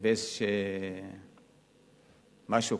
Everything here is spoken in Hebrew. ויש משהו,